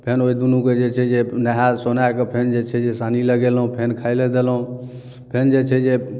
फेन ओइ दुनूके जे छै जे नहा सुनाकऽ फेन जे छै जे सानी लगेलहुँ फेन खाइला देलहुँ फेन जे छै जे